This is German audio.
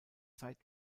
zeit